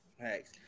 Thanks